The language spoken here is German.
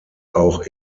auch